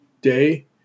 day